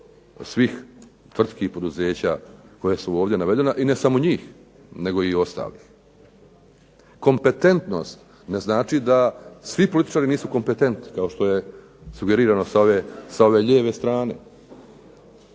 svih tvrtki i poduzeća koja su ovdje navedena i ne samo njih nego i ostalih. Kompetentnost ne znači da svi političari nisu kompetentni kao što je sugerirano sa ove lijeve strane.